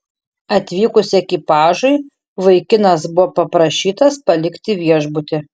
atvykus ekipažui vaikinas buvo paprašytas palikti viešbutį